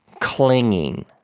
clinging